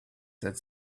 that